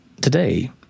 today